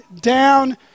down